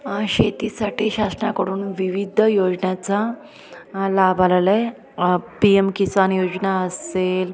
शेतीसाठी शासनाकडून विविध योजनांचा लाभ आलेला आहे पी एम किसान योजना असेल